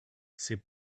c’est